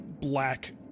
black